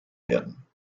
werden